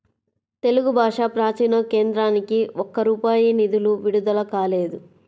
తెలుగు భాషా ప్రాచీన కేంద్రానికి ఒక్క రూపాయి నిధులు విడుదల కాలేదు